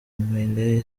miley